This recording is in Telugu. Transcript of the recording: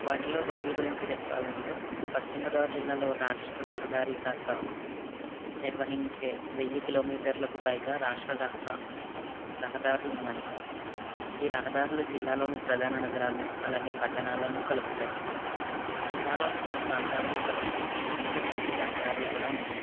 వాటిలో రోడ్ల గురించి చెప్పాలంటే పశ్చిమగోదావరి జిల్లాలో రాష్ట్ర రహదారి శాఖ నిర్వహించే వెయ్యి కిలోమీటర్లకు పైగా రాష్ట్ర రహస రహదారులు ఉన్నాయి ఈ రహదారులు జిల్లాలోని ప్రధాన నగరాలు అలాగే పట్టణాలను కలుపుతాయి జిల్లాలోని పలు ప్రాంతాలను కలుపుతూ అనేక జాతీయ రహదారులు కూడా ఉన్నాయి